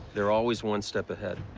they're always one step ahead.